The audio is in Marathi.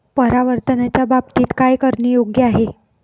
परावर्तनाच्या बाबतीत काय करणे योग्य आहे